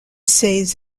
ces